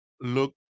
look